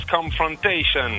confrontation